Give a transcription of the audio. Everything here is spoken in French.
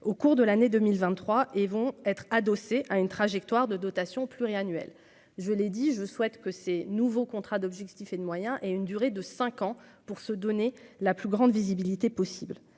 au cours de l'année 2023 et vont être adossé à une trajectoire de dotation pluriannuelle, je l'ai dit je souhaite que ces nouveaux contrats d'objectifs et de moyens et une durée de 5 ans. Pour se donner la plus grande visibilité possible